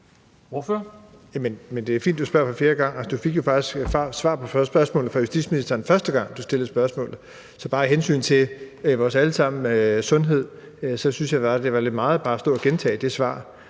Det er fint, at du spørger for fjerde gang. Men du fik jo faktisk svar på spørgsmålene fra justitsministeren første gang, du stillede spørgsmålene. Så af hensyn til vores alle sammens sundhed syntes jeg bare, at det var lidt meget bare at stå og gentage det svar.